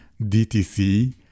DTC